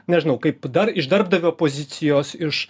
nežinau kaip dar iš darbdavio pozicijos iš